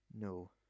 No